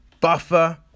buffer